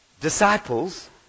disciples